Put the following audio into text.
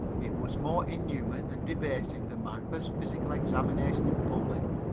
it was more inhuman and debasing than my first physical examination in public.